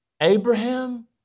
Abraham